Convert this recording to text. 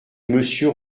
monsieur